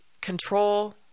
Control